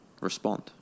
respond